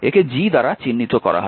একে G দ্বারা চিহ্নিত করা হয়